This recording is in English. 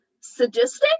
sadistic